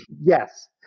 Yes